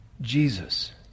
Jesus